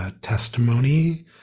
testimony